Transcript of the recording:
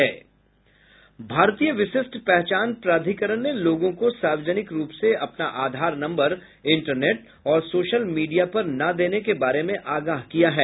भारतीय विशिष्ट पहचान प्राधिकरण ने लोगों को सार्वजनिक रूप से अपना आधार नम्बर इंटरनेट और सोशल मीडिया पर न देने के बारे में आगाह किया है